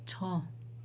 छ